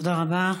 תודה רבה.